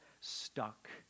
stuck